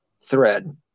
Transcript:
thread